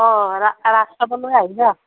অঁ ৰাস চাবলৈ আহিবা